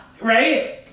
Right